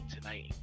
tonight